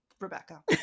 Rebecca